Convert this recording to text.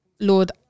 lord